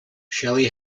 shelley